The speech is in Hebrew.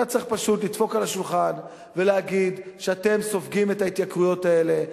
אתה צריך פשוט לדפוק על השולחן ולהגיד שאתם סופגים את ההתייקרויות האלה,